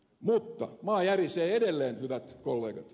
mutta maa järisee edelleen hyvät kollegat